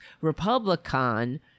Republican